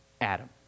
Adam